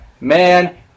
Man